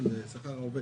לנו תקנות קבועות,